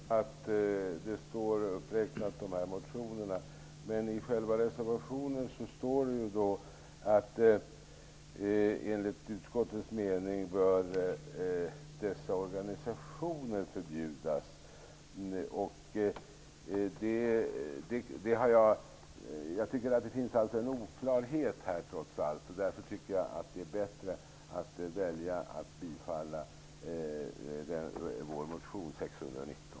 Herr talman! Jag vet att detta står uppräknat i motionen, men i själva reservationen står: ''Enligt utskottets mening bör dessa organisationer förbjudas.'' Jag tycker att det trots allt finns en oklarhet här, och därför är det enligt min mening bättre att kammaren bifaller vår motion 619.